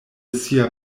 sia